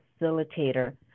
facilitator